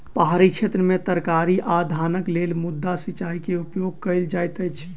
पहाड़ी क्षेत्र में तरकारी आ धानक लेल माद्दा सिचाई के उपयोग कयल जाइत अछि